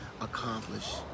accomplish